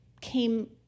came